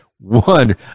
one